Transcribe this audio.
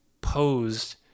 posed